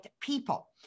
people